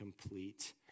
complete